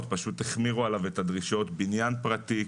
החמירו עליו את הדרישות בניין פרטי,